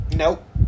Nope